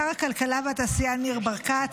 שר הכלכלה והתעשייה ניר ברקת,